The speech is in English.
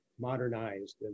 modernized